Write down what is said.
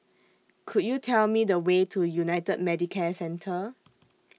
Could YOU Tell Me The Way to United Medicare Centre